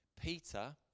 Peter